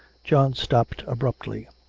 john stopped abruptly.